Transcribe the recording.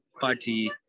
party